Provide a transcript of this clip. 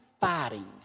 fighting